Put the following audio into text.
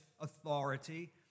authority